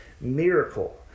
miracle